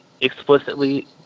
explicitly